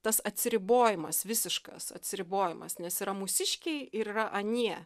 tas atsiribojimas visiškas atsiribojimas nes yra mūsiškiai ir yra anie